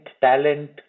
talent